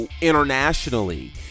internationally